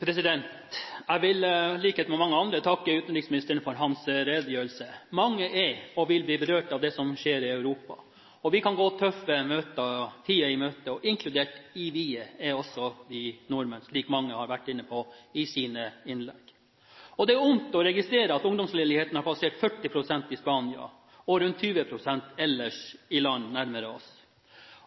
Jeg vil i likhet med mange andre takke utenriksministeren for hans redegjørelse. Mange er og vil bli berørt av det som skjer i Europa. Vi kan gå tøffe tider i møte – og inkludert i vi-et er også vi nordmenn, som mange har vært inne på i sine innlegg. Det er vondt å registrere at ungdomsledigheten har passert 40 pst. i Spania og rundt 20 pst. i land nærmere oss.